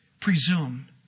presume